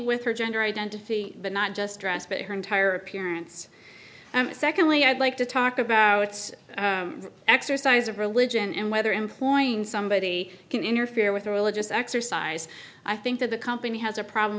with her gender identity but not just dress but her entire appearance and secondly i'd like to talk about it's exercise of religion and whether employing somebody can interfere with a religious exercise i think that the company has a problem